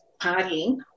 partying